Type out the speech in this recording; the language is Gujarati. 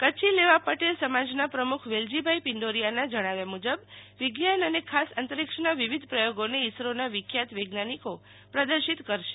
કચ્છી લેવા પટેલ સમાજમાં પ્રમુખ વેલજીભાઈ પિંડીરીયાના જણાવ્યા મુ જબ વિજ્ઞાન અને ખાસ અંતરિક્ષના વિવિધ પ્રયોગોને ઈસરોના વિખ્યાત વૈજ્ઞાનિકો પ્રદર્શિત કરશે